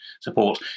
support